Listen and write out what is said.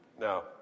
Now